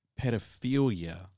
pedophilia